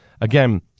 Again